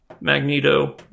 Magneto